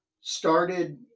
started